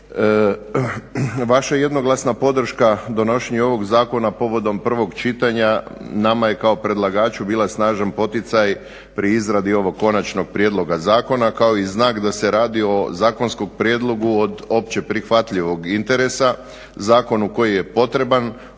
Vaša jednoglasna podrška donošenju ovog zakona povodom prvog čitanja nama je kao predlagaču bila snažan poticaj pri izradi ovog konačnog prijedloga zakona, kao i znak da se radi o zakonskom prijedlogu od općeprihvatljivog interesa, zakonu koji je potreban,